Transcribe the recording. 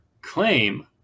claim